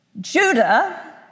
Judah